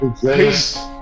Peace